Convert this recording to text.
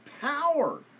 power